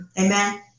amen